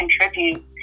contribute